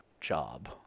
job